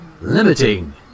Limiting